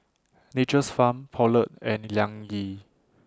Nature's Farm Poulet and Liang Yi